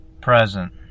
present